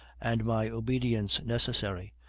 and my obedience necessary,